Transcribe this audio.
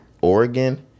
Oregon